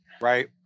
Right